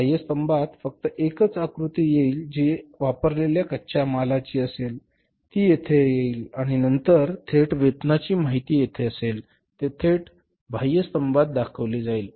बाह्य स्तंभात फक्त एकच आकृती जाईल जी वापरलेल्या कच्चा मालाची असेल ती येथे येईल आणि नंतर थेट वेतनाची माहिती येथे असेल ते थेट बाह्य स्तंभात दाखवली जाईल